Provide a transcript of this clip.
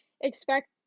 expect